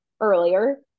earlier